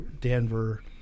Denver